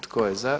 Tko je za?